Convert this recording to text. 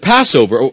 Passover